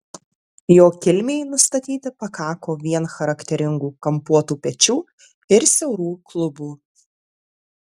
jo kilmei nustatyti pakako vien charakteringų kampuotų pečių ir siaurų klubų